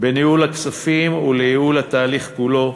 בניהול הכספים ולייעול התהליך כולו.